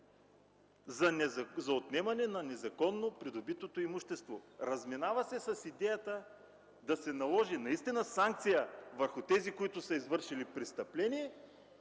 за отнемане на незаконно придобитото имущество. Разминава се с идеята наистина да се наложат санкции срещу тези, които са извършили престъпление